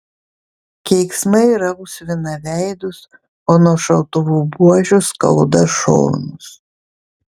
keiksmai rausvina veidus o nuo šautuvų buožių skauda šonus